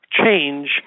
change